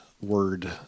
word